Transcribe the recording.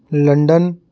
London